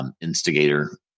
instigator